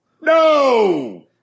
No